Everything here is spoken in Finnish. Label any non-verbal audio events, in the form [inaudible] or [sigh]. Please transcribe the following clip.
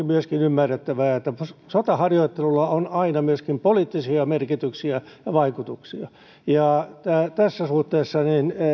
[unintelligible] myöskin ymmärrettävää että sotaharjoittelulla on aina myöskin poliittisia merkityksiä ja vaikutuksia tässä suhteessa